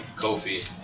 Kofi